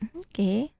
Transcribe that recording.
okay